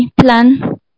Plan